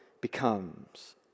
becomes